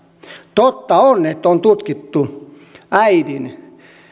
totta on että on tutkittu äidin